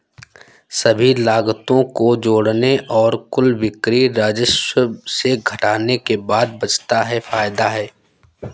सभी लागतों को जोड़ने और कुल बिक्री राजस्व से घटाने के बाद बचता है फायदा है